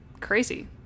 crazy